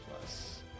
plus